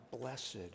Blessed